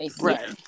Right